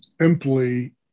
Simply